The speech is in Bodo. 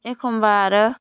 एखम्बा आरो